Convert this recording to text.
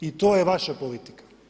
I to je vaša politika.